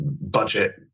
budget